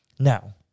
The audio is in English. Now